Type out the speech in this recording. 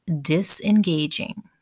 disengaging